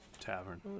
Tavern